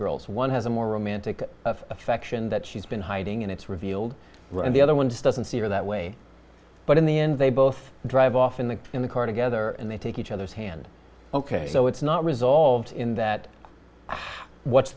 girls one has a more romantic affection that she's been hiding and it's revealed in the other one doesn't see her that way but in the end they both drive off in the in the car together and they take each other's hand ok so it's not resolved in that what's